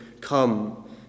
come